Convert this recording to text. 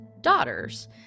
daughters